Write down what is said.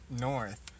north